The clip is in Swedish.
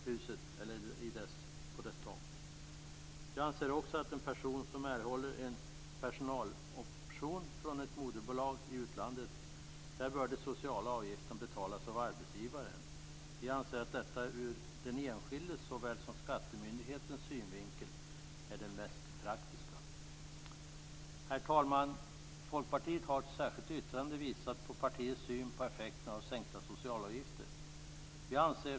Vidare anser vi att den sociala avgiften bör betalas av arbetsgivaren när en person erhåller en personaloption från ett moderbolag i utlandet. Vi anser nämligen att detta såväl från den enskildes synvinkel som från skattemyndighetens synvinkel är det mest praktiska. Herr talman! Folkpartiet visar i ett särskilt yttrande på partiets syn på effekterna av sänkta socialavgifter.